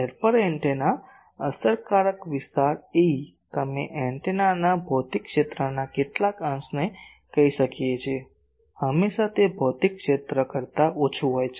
છિદ્ર એન્ટેના અસરકારક વિસ્તાર Ae અમે એન્ટેનાના ભૌતિક ક્ષેત્રના કેટલાક અંશને કહી શકીએ છીએ હંમેશા તે ભૌતિક ક્ષેત્ર કરતા ઓછું હોય છે